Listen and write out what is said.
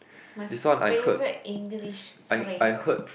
my favourite English phrase !huh!